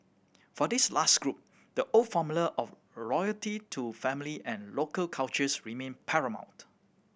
for this last group the old formula of loyalty to family and local cultures remained paramount